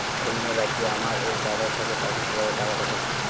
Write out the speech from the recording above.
অন্য রাজ্যে আমার এক দাদা থাকে তাকে কিভাবে টাকা পাঠাবো?